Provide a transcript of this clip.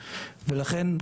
ולכן,